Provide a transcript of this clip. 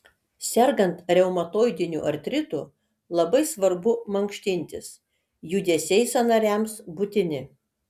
sergant reumatoidiniu artritu labai svarbu mankštintis judesiai sąnariams būtini